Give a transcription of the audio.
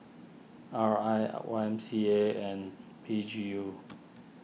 R I Y M C A and P G U